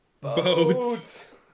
Boats